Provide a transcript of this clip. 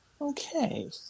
Okay